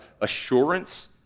assurance